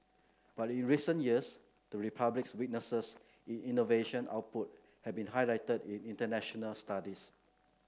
but in recent years the Republic's weaknesses in innovation output have been highlighted in international studies